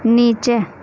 نیچے